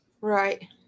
right